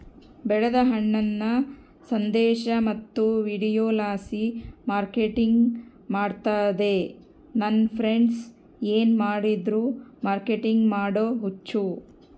ಬೆಳೆದ ಹಣ್ಣನ್ನ ಸಂದೇಶ ಮತ್ತು ವಿಡಿಯೋಲಾಸಿ ಮಾರ್ಕೆಟಿಂಗ್ ಮಾಡ್ತಿದ್ದೆ ನನ್ ಫ್ರೆಂಡ್ಸ ಏನ್ ಮಾಡಿದ್ರು ಮಾರ್ಕೆಟಿಂಗ್ ಮಾಡೋ ಹುಚ್ಚು